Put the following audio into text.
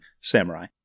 samurai